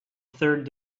third